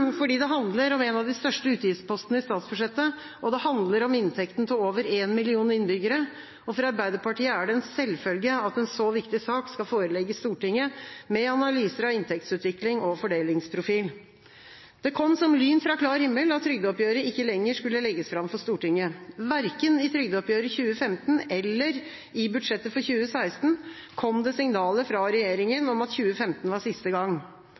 fordi det handler om en av de største utgiftspostene i statsbudsjettet, og det handler om inntekten til over en million innbyggere. For Arbeiderpartiet er det en selvfølge at en så viktig sak skal forelegges Stortinget, med analyser av inntektsutvikling og fordelingsprofil. Det kom som lyn fra klar himmel at trygdeoppgjøret ikke lenger skulle legges fram for Stortinget. Verken i trygdeoppgjøret 2015 eller i budsjettet for 2016 kom det signaler fra regjeringa om at 2015 var siste gang.